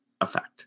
effect